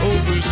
Over